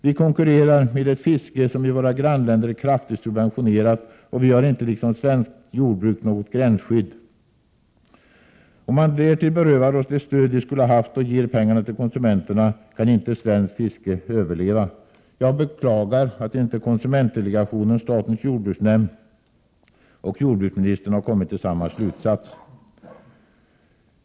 Vi konkurrerar med ett fiske som i våra grannländer är kraftigt subventionerat, och vi har inte liksom svenskt jordbruk något gränsskydd. Om man därtill berövar oss det stöd vi skulle haft och ger pengarna till konsumenterna, kan inte svenskt fiske överleva. Jag beklagar att inte konsumentdelegationen, statens jordbruksnämnd och jordbruksministern har kommit till samma slutsats.